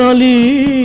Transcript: ah li